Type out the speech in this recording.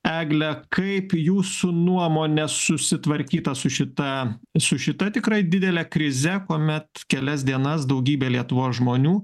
egle kaip jūsų nuomone susitvarkyta su šita su šita tikrai didele krize kuomet kelias dienas daugybė lietuvos žmonių